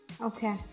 Okay